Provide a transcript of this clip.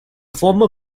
former